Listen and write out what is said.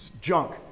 junk